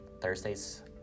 Thursdays